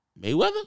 Mayweather